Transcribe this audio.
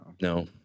no